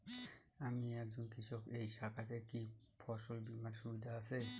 আমি একজন কৃষক এই শাখাতে কি ফসল বীমার সুবিধা আছে?